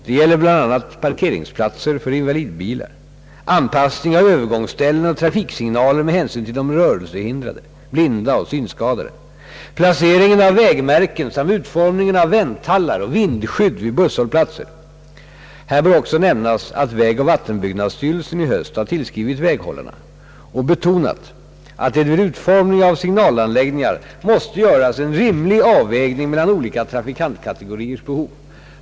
De gäller bl.a. parkeringsplatser för invalidbilar, anpassning av övergångsställen och trafiksignaler med hänsyn till rörelsehindrade, blinda och synskadade, placeringen av vägmärken samt utformningen av vänthallar och vindskydd vid busshållplatser. Här bör också nämnas att vägoch vattenbyggnadsstyrelsen i höst har tillskrivit väghållarna och betonat att det vid utformningen av signalanläggningar måste göras en rimlig avvägning mellan olika trafikantkategoriers behov.